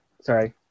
Sorry